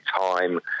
time